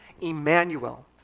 Emmanuel